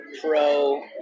pro